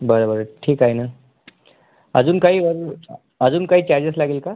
बरं बरं ठीक आहे ना अजून काही अजून काही चार्जेस लागेल का